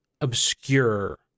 obscure